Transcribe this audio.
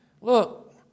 Look